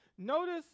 Notice